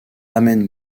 ramène